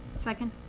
second.